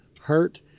hurt